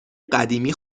قدیمی